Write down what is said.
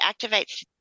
activates